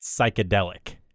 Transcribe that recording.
psychedelic